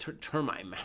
termite